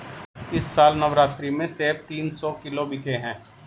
इस साल नवरात्रि में सेब तीन सौ किलो बिके हैं